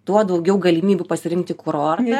tuo daugiau galimybių pasirinkti kurortą